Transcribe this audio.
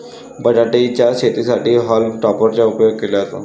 बटाटे च्या शेतीसाठी हॉल्म टॉपर चा उपयोग केला जातो